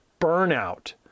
burnout